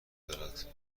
دارد